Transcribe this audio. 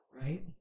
Right